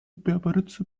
berberitze